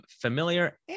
familiar